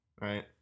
right